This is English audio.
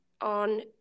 on